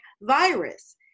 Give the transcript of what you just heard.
virus